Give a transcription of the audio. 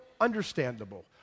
understandable